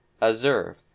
Observe